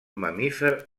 mamífer